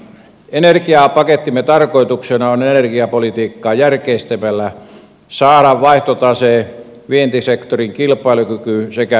energiapakettimme tarkoituksena on energiapolitiikkaa järkeistämällä saada vaihtotase vientisektorin kilpailukyky sekä ympäristö kuntoon